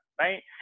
right